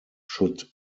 should